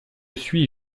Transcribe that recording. suis